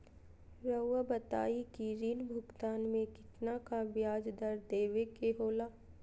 रहुआ बताइं कि ऋण भुगतान में कितना का ब्याज दर देवें के होला?